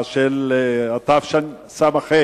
התשס"ה,